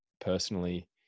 personally